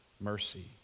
mercy